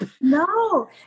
No